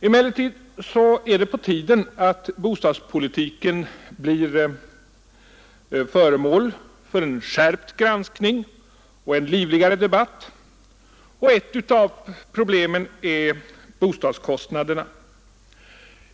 Emellertid är det på tiden att bostadspolitiken blir föremål för en skärpt granskning och en livligare debatt, och ett av problemen är bostadskostnaderna.